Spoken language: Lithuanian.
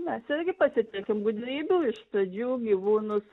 mes irgi pasitelkiam gudrybių iš pradžių gyvūnus